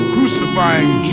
Crucifying